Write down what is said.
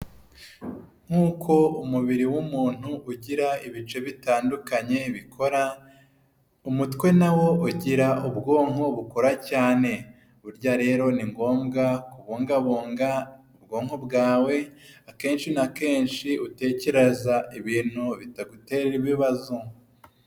Nk'uko umubiri w'umuntu ugira ibice bitandukanye bikora, umutwe na wo ugira ubwonko bukora cyane, burya rero ni ngombwa kubungabunga ubwonko bwawe akenshi na kenshi utekereza ibintu bitagutera ibibazo.